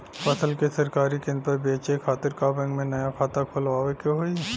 फसल के सरकारी केंद्र पर बेचय खातिर का बैंक में नया खाता खोलवावे के होई?